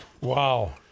Wow